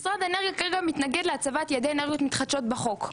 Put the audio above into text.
משרד האנרגיות כרגע מתנגד להצבת יעדי אנרגיות מתחדשות בחוק.